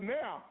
now